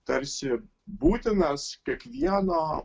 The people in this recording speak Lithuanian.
tarsi būtinas kiekvieno